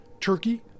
turkey